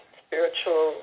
spiritual